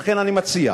ולכן אני מציע,